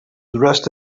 dressed